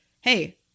Hey